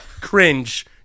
cringe